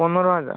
পনেরো হাজার